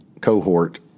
cohort